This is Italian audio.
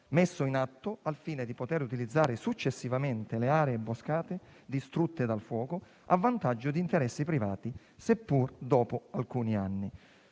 messo in atto al fine di poter utilizzare successivamente le aree boscate distrutte dal fuoco a vantaggio di interessi privati, seppur dopo alcuni anni.